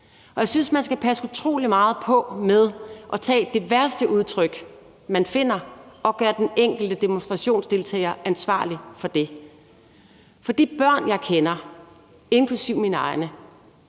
og jeg synes, man skal passe utrolig meget på med at tage det værste udtryk, man finder, og gøre den enkelte demonstrationsdeltager ansvarlig for det. For de børn, jeg kender, inklusive mine egne,